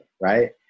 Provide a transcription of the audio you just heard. right